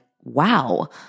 wow